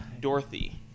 Dorothy